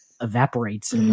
evaporates